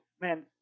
man